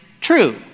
true